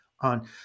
on